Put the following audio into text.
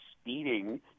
speeding